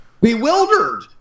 bewildered